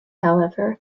however